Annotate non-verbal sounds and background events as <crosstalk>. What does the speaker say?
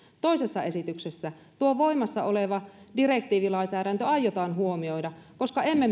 toisessa esityksessä tuo voimassa oleva direktiivilainsäädäntö aiotaan huomioida koska emme <unintelligible>